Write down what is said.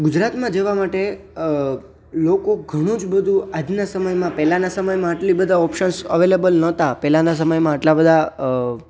ગુજરાતમાં જોવા માટે લોકો ઘણું જ બધું આજના સમયમાં પહેલાંના સમયમાં આટલાં બધાં ઓપ્શન અવેલેબલ નહોતાં પહેલાંના સમયમાં આટલાં બધાં